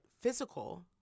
physical